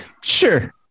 Sure